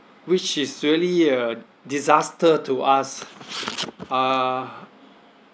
which is really a disaster to us uh